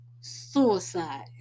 Suicide